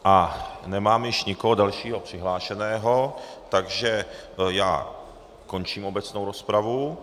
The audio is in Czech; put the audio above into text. A nemám již nikoho dalšího přihlášeného, takže končím obecnou rozpravu.